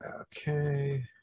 Okay